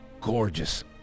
gorgeous